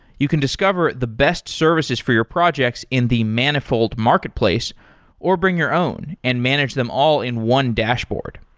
you can discover the best services for your projects in the manifold marketplace or bring your own and manage them all in one dashboard.